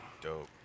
Dope